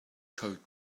caught